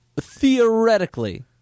Theoretically